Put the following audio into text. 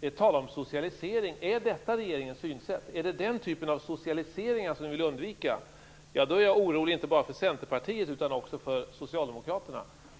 I det sammanhanget talar Centern om socialisering. Är detta regeringens synsätt? Är det den typen av socialiseringar som ni vill undvika? Då är jag orolig inte bara för Centerpartiet utan också för